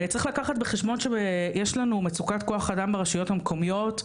צריך לקחת בחשבון שיש לנו מצוקת כוח אדם ברשויות המקומיות,